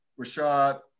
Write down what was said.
Rashad